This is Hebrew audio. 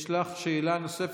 יש לך שאלה נוספת.